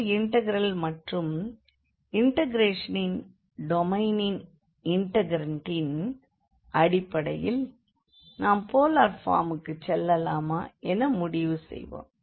இந்த இண்டெக்ரல் மற்றும் இண்டெக்ரேஷனின் டொமைனின் இண்டெக்ரண்டின் அடிப்படையில் நாம் போலார் ஃபார்முக்கு செல்லலாமா என முடிவு செய்வோம்